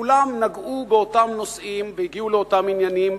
כולם נגעו באותם נושאים והגיעו לאותם עניינים,